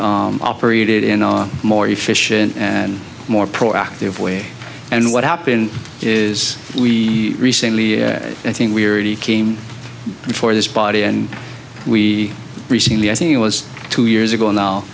operated in a more efficient and more proactive way and what happened is we recently i think we're ready came before this body and we recently i think it was two years ago now